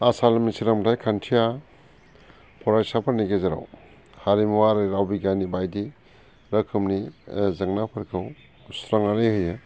आसामनि सोलोंथाय खान्थिया फरायसाफोरनि गेजेराव हारिमु आरो राव बिगियाननि बायदि रोखोमनि जेंनाफोरखौ सुस्रांनानै होयो